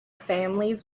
families